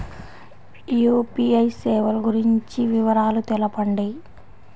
UPI సేవలు గురించి వివరాలు తెలుపండి?